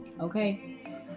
okay